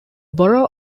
borough